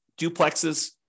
duplexes